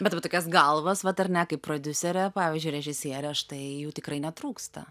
bet va tokias galvas vat ar ne kaip prodiuserė pavyzdžiui režisierė štai jų tikrai netrūksta